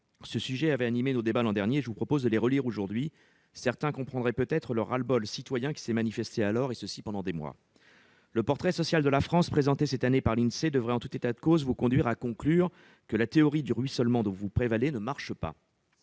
Ce sujet avait animé nos débats l'an dernier, je vous propose de les relire aujourd'hui- certains comprendraient peut-être le ras-le-bol citoyen qui s'est manifesté alors, et pendant des mois. Le portrait social de la France présenté récemment par l'Insee devrait en tout état de cause vous conduire à conclure que la théorie du ruissellement dont vous vous prévalez ne marche pas.